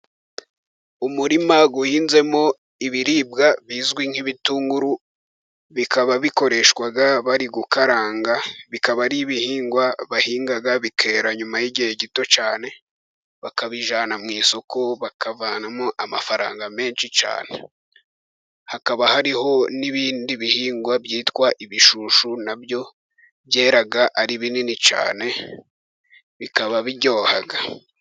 Umurima uhinzemo ibiribwa bizwi nk'ibitunguru bikaba bikoreshwa bari gukaranga, bikaba ari ibihingwa bahinga bikera nyuma y'igihe gito cyane bakabijana mu isoko bakavanamo amafaranga menshi cyane. Hakaba hariho n'ibindi bihingwa byitwa ibishushu nabyo byera ari binini cyane bikaba biryoha.